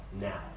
now